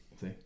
See